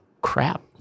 crap